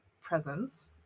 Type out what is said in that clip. presence